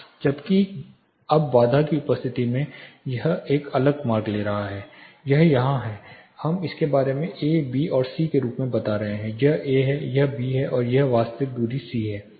जबकि अब बाधा की उपस्थिति के साथ यह एक अलग मार्ग ले रहा है यह यहां है हम इसके बारे में ए बी और सी के रूप में बात कर रहे हैं यह A है यह B है और यह एक वास्तविक दूरी C है